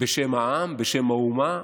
בשם העם, בשם האומה,